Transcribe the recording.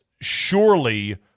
surely